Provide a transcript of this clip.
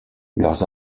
leurs